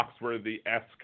Foxworthy-esque